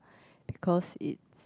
because it